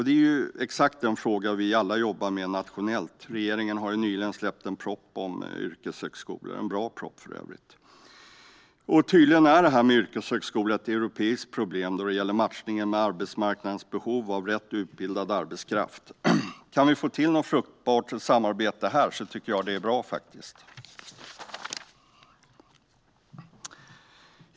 Det är exakt den fråga som vi alla jobbar med nationellt, och regeringen har nyligen lagt fram en proposition om yrkeshögskolor. Det är för övrigt en bra proposition. Tydligen är detta med yrkeshögskolor ett europeiskt problem, när det gäller matchningen i fråga om arbetsmarknadens behov av rätt utbildad arbetskraft. Om vi kan få till något fruktbart samarbete när det gäller detta tycker jag att det är bra.